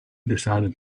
decided